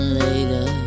later